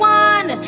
one